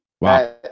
wow